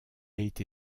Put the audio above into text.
été